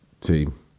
team